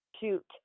shoot